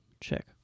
Check